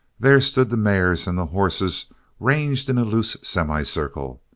there stood the mares and the horses ranged in a loose semi-circle,